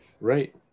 Right